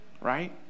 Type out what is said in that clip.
Right